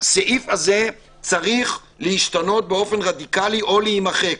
הסעיף הזה צריך להשתנות באופן רדיקאלי או להימחק.